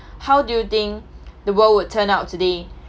how do you think the world would turn out today